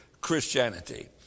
Christianity